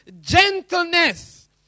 gentleness